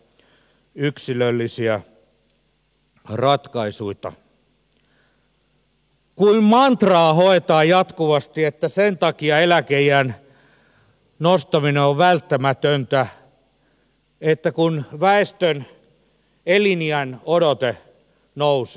kuin mantraa hoetaan jatkuvasti että sen takia eläkeiän nostaminen on välttämätöntä että väestön eliniänodote nousee